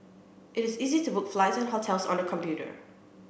it is easy to book flights and hotels on the computer